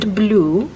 blue